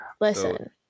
Listen